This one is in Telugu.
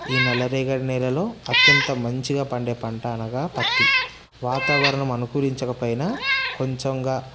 ఈ నల్ల రేగడి నేలలో అత్యంత మంచిగా పండే పంట అనగా పత్తి వాతావరణం అనుకూలించకపోయినా కొంచెంగా